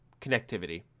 connectivity